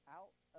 out